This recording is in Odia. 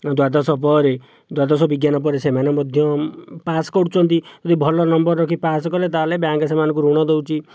ଦ୍ଵାଦଶ ପରେ ଦ୍ଵାଦଶ ବିଜ୍ଞାନ ପରେ ସେମାନେ ମଧ୍ୟ ପାସ୍ କରୁଛନ୍ତି ଯଦି ଭଲ ନମ୍ବର ରଖି ପାସ୍ କଲେ ତାହେଲେ ବ୍ୟାଙ୍କ ସେମାନଙ୍କୁ ଋଣ ଦେଉଛି